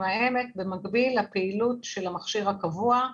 העמק במקביל לפעילות של המכשיר הקבוע.